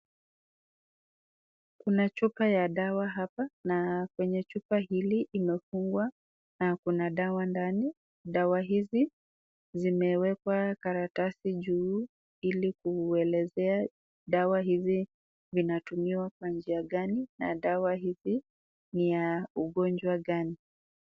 Kuna chupa ya dawa hapa na kwenye chupa hili imefungwa na kuna dawa ndani. Dawa hizi zimeekwa karatasi juu ili kuelezea dawa hizi zinatumiwa kwa njia gani na dawa hizi ni ya ugonjwa gani.